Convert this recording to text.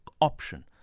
option